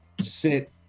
sit